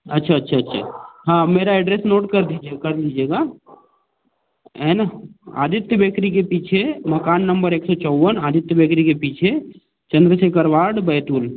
अच्छा अच्छा अच्छा हाँ मेरा एड्रेस नोट कर दीजिए कर लीजिएगा एन आदित्य बेकरी के पीछे मकान नम्बर एक सौ चौवन आदित्य बेकरी के पीछे चंद्रशेखर वार्ड बैतुल